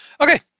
Okay